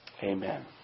Amen